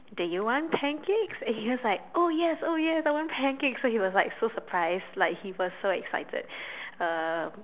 do you want pancakes and he was like oh yes oh yes I want pancakes so he was like so surprised like he was so excited uh